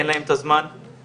אין להם את הזמן למצוא,